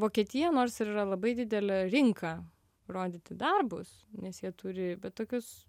vokietija nors ir yra labai didelė rinka rodyti darbus nes jie turi tokius